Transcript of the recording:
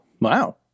Wow